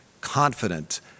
confident